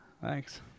Thanks